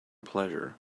pleasure